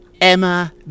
Emma